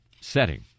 setting